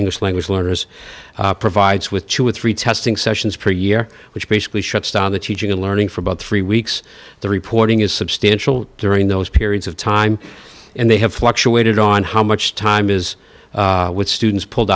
english language learners provides with two or three testing sessions per year which basically shuts down the teaching learning for about three weeks the reporting is substantial during those periods of time and they have fluctuated on how much time is with students pulled